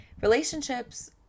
relationships